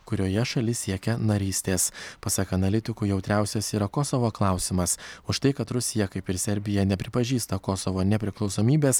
kurioje šalis siekia narystės pasak analitikų jautriausias yra kosovo klausimas už tai kad rusija kaip ir serbija nepripažįsta kosovo nepriklausomybės